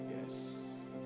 Yes